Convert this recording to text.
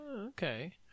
okay